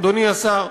אדוני השר,